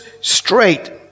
straight